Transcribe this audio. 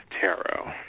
Tarot